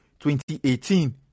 2018